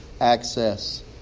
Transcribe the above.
access